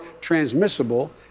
transmissible